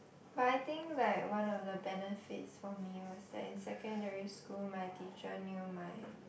but I think like one of the benefits for me was that in secondary school my teacher knew my